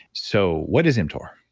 so what is mtor?